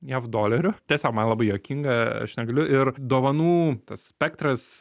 jav dolerių tiesiog man labai juokinga aš negaliu ir dovanų tas spektras